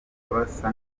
basa